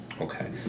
Okay